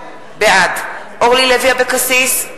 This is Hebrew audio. בעד אורלי לוי אבקסיס,